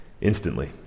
instantly